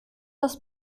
das